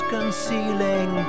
Concealing